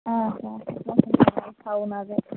آ آ تھاوو نظر